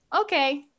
Okay